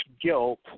guilt